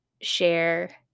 share